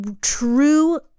true